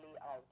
out